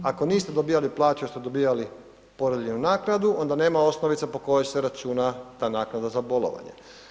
Ako niste dobivali plaću jer ste dobivali porodiljnu naknadu, onda nema osnovice po kojoj se računa ta naknada za bolovanje.